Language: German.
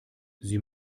sie